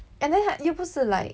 and then 他又不是 like